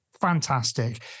fantastic